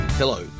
Hello